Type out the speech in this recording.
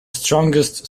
strongest